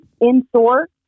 in-store